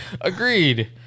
agreed